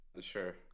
sure